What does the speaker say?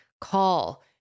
call